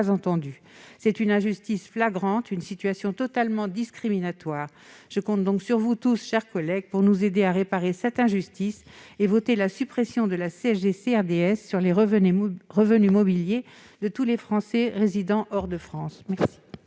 C'est une injustice flagrante, une situation totalement discriminatoire. Je compte donc sur vous tous, mes chers collègues, pour nous aider à réparer cette injustice et voter la suppression de la CSG-CRDS sur les revenus mobiliers de tous les Français résidant hors de France.